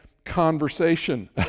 conversation